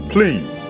Please